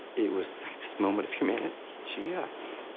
it was this moment of humanity. she. yeah